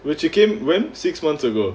she came when six months ago